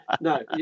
No